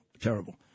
terrible